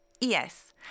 Yes